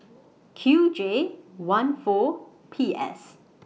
Q J one four P S